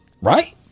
Right